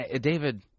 David